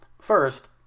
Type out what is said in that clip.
First